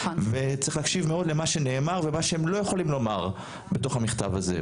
וצריך להקשיב מאוד למה שנאמר ומה שהם לא יכולים לומר בתוך המכתב הזה,